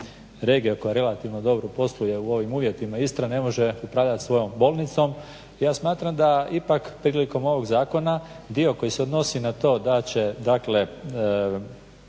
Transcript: regija koja relativno dobro posluje u ovim uvjetima Istra ne može upravljat svojom bolnicom. Ja smatram da ipak prilikom ovog zakona dio koji se odnosi na to da će, dakle